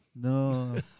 No